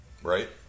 Right